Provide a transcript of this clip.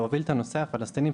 להוביל את נושא הפלסטינים.